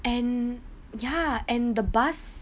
and ya and the bus